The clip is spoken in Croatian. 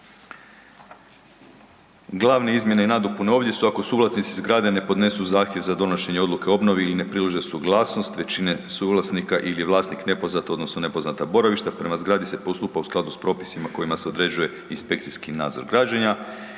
Glavne izmjene i nadopune ovdje su ako suvlasnici zgrade ne podnesu zahtjev za donošenje odluke o obnovi ili ne prilože suglasnost većine suvlasnika ili je vlasnik nepoznat odnosno nepoznato boravište, prema zgradu se postupa u skladu s propisima kojima se određuje inspekcijski nadzor građenja